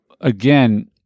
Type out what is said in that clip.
again